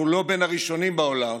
אנחנו לא בין הראשונים בעולם,